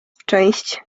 część